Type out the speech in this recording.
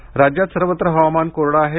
हवामान राज्यात सर्वत्र हवामान कोरडं आहे